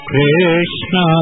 Krishna